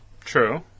True